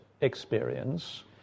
experience